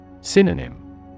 Synonym